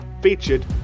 featured